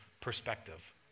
perspective